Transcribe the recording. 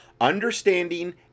understanding